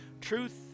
truth